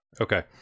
okay